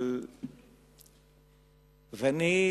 ואני,